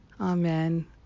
amen